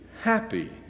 happy